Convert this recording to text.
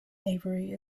avery